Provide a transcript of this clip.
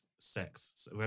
sex